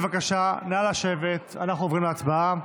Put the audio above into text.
בבקשה, אנחנו עוברים להצבעה.